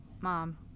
Mom